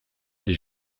les